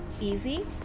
easy